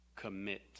commit